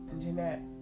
Jeanette